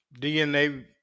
DNA